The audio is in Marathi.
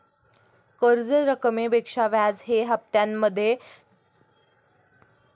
कर्ज रकमेपेक्षा व्याज हे हप्त्यामध्ये जास्त का आकारले आहे?